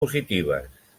positives